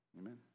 amen